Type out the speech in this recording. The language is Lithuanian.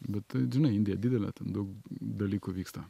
bet žinai indija didelė ten daug dalykų vyksta